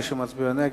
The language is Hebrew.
ומי שמצביע נגד,